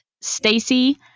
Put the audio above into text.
Stacy